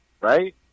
right